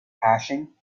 hashing